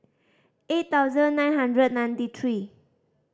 eight thousand nine hundred ninety three